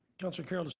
councillor carroll?